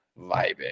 vibing